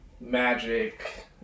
Magic